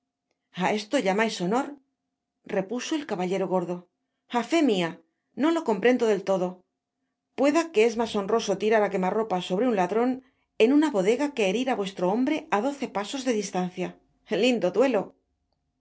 esto llamais honor l repuso el caballero gordo a fe mia no lo comprendo del todo pueda que es mas honroso tirar á quema ropa sobre un ladron eu una bodega que herir á vuestro hombre á doce pasos de distancia lindo duelo